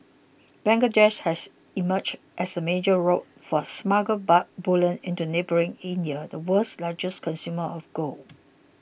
Bangladesh has emerged as a major route for smuggled bullion into neighbouring India the world's largest consumer of gold